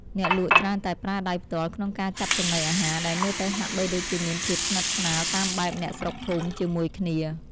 អ្នកលក់ច្រើនតែប្រើដៃផ្ទាល់ក្នុងការចាប់ចំណីអាហារដែលមើលទៅហាក់បីដូចជាមានភាពស្និទ្ធស្នាលតាមបែបអ្នកស្រុកភូមិជាមួយគ្នា។